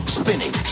spinning